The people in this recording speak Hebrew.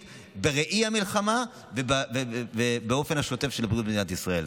בראי המלחמה ובאופן השוטף של הבריאות במדינת ישראל.